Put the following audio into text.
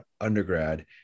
undergrad